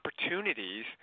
opportunities